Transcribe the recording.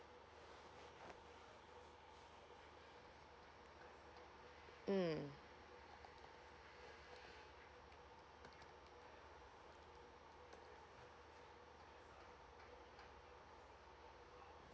mm